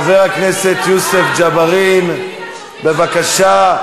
חבר הכנסת יוסף ג'בארין, בבקשה.